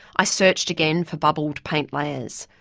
i searched again for bubbled paint layers.